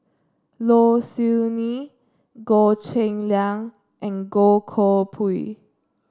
Low Siew Nghee Goh Cheng Liang and Goh Koh Pui